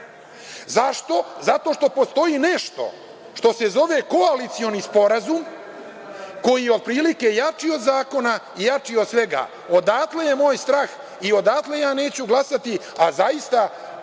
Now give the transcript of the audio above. Zašto? Zato što postoji nešto što se zove koalicioni sporazum koji je otprilike jači od zakona i jači od svega. Odatle je moj strah i odatle ja neću glasati, a zaista